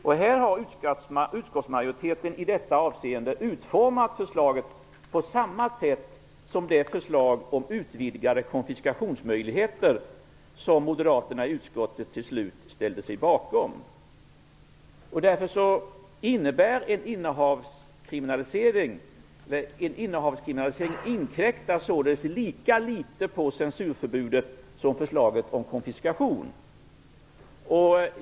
I det här avseendet har utskottsmajoriteten utformat förslaget på samma sätt som det förslag om utvidgade konfiskationsmöjligheter som moderaterna i utskottet till slut ställde sig bakom. Därför inkräktar en innehavskriminalisering på censurförbudet lika litet som förslaget om konfiskation.